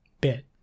bit